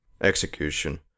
execution